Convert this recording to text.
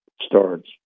starts